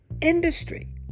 industry